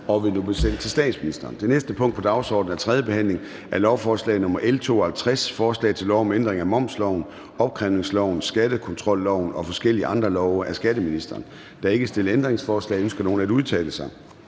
og vil nu blive sendt til statsministeren. --- Det næste punkt på dagsordenen er: 6) 3. behandling af lovforslag nr. L 52: Forslag til lov om ændring af momsloven, opkrævningsloven, skattekontrolloven og forskellige andre love. (Gennemførelse af aftale om skærpede og